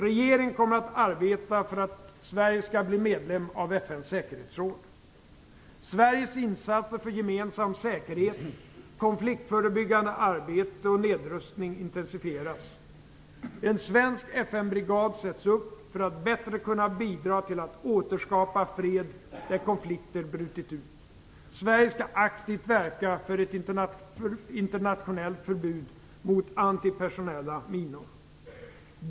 Regeringen kommer att arbeta för att Sverige skall bli medlem i Sveriges insatser för gemensam säkerhet, konfliktförebyggande arbete och nedrustning intensifieras. En svensk FN-brigad sätts upp för att bättre kunna bidra till att återskapa fred där konflikter brutit ut. Sverige skall aktivt verka för ett internationellt förbud mot anti-personella minor.